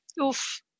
oof